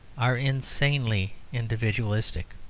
are insanely individualistic.